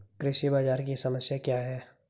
कृषि बाजार की समस्या क्या है?